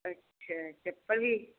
ਅੱਛਾ ਚੱਪਲ ਵੀ